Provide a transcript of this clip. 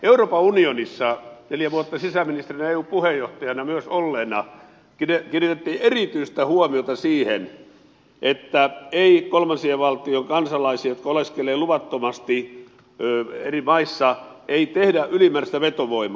euroopan unionissa sanon neljä vuotta sisäministerinä ja eussa puheenjohtajana myös olleena kiinnitettiin erityistä huomiota siihen että ei kolmansien valtioiden kansalaisille jotka oleskelevat luvattomasti eri maissa tehdä ylimääräistä vetovoimaa